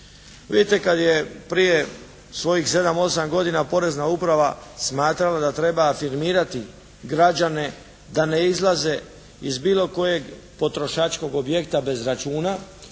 Vidite, kad je prije svojih 7, 8 godina porezna uprava smatrala da treba afirmirati građane da ne izlaze iz bilo kojeg potrošačkog objekta bez računa